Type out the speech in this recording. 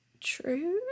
true